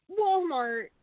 Walmart